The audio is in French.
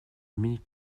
mille